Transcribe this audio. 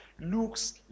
looks